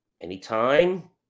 Anytime